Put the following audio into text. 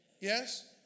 Yes